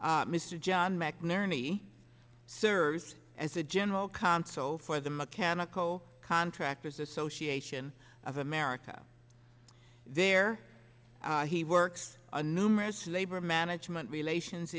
mcnerney served as a general console for the mechanical contractors association of america there he works a numerous labor management relations